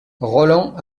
roland